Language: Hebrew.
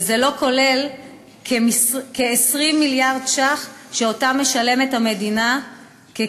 וזה לא כולל כ-20 מיליארד ש"ח שהמדינה משלמת כקצבאות